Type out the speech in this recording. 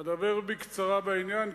אדבר בקצרה בעניין,